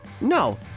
No